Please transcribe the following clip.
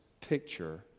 picture